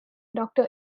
doctor